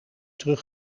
terug